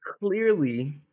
clearly